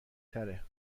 تره